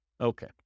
Okay